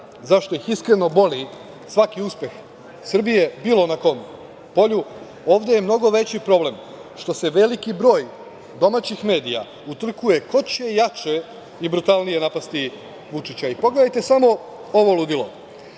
zašto ih iskreno boli svaki uspeh Srbije bilo na kom polju, ovde je mnogo veći problem što se veliki broj domaćih medija utrkuje ko će jače i brutalnije napasti Vučića. Pogledajte samo ovo ludilo.